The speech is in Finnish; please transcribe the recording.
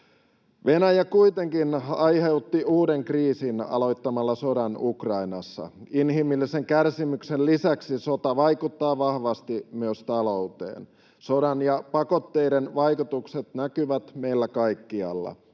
Venäjä kuitenkin aiheutti uuden kriisin aloittamalla sodan Ukrainassa. Inhimillisen kärsimyksen lisäksi sota vaikuttaa vahvasti myös talouteen. Sodan ja pakotteiden vaikutukset näkyvät meillä kaikkialla.